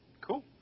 cool